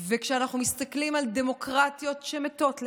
כשאנחנו מסתכלים על דמוקרטיות שמתות לאט,